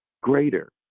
greater